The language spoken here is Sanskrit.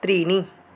त्रीणि